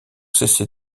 cessé